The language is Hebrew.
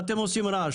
מה אתם עושים רעש,